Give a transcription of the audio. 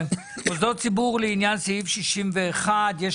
מוסדות ציבור לעניין סעיף 61. יש